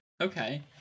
Okay